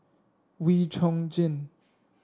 Wee Chong Jin